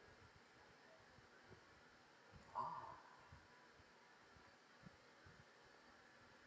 ah